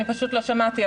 אני פשוט לא שמעתי,